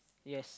yes